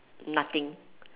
nothing